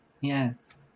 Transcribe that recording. yes